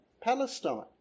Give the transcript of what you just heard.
Palestine